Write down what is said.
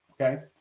Okay